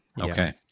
Okay